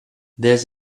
this